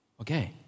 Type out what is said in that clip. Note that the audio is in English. Okay